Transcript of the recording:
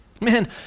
Man